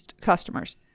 customers